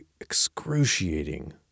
excruciating